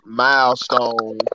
milestone